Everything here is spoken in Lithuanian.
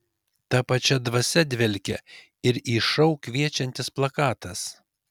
ta pačia dvasia dvelkia ir į šou kviečiantis plakatas